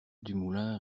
dumoulin